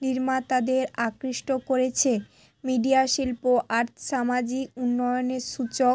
নির্মাতাদের আকৃষ্ট করেছে মিডিয়া শিল্প আর সামাজিক উন্নয়নের সূচক